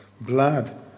Blood